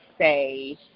say